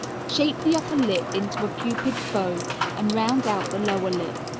shape the upper lip into a cupid's bow and round out the lower lip.